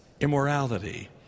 immorality